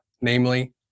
namely